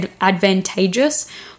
advantageous